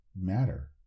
matter